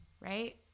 right